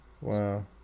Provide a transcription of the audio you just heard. wow